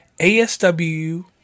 ASW